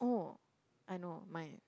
oh I know my